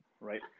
right